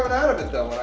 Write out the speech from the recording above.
but out of it when i?